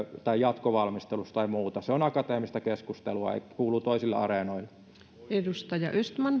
tämän jatkovalmistelussa tai muuta se on akateemista keskustelua ja kuuluu toisille areenoille